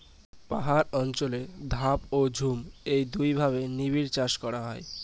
পাহাড় অঞ্চলে ধাপ ও ঝুম এই দুইভাবে নিবিড়চাষ করা হয়